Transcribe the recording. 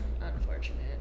unfortunate